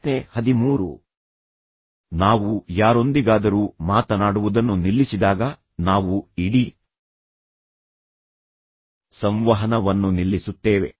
ಪ್ರಶ್ನೆ ಹದಿಮೂರು ನಾವು ಯಾರೊಂದಿಗಾದರೂ ಮಾತನಾಡುವುದನ್ನು ನಿಲ್ಲಿಸಿದಾಗ ನಾವು ಇಡೀ ಸಂವಹನವನ್ನು ನಿಲ್ಲಿಸುತ್ತೇವೆ